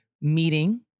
meeting